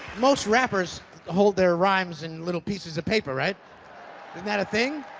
most rappers hold their rhymes in little pieces of paper, right? isn't that a thing?